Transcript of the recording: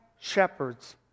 shepherds